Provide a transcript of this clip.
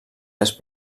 les